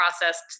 processed